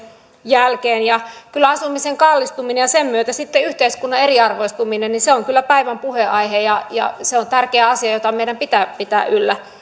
jälkeen kyllä asumisen kallistuminen ja sen myötä yhteiskunnan eriarvoistuminen on päivän puheenaihe ja ja se on tärkeä asia jota meidän pitää pitää yllä